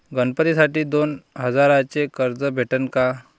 गणपतीसाठी दोन हजाराचे कर्ज भेटन का?